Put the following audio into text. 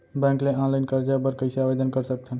Bank ले online करजा बर कइसे आवेदन कर सकथन?